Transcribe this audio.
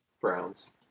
Browns